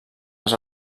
les